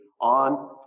on